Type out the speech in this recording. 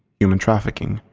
human trafficking,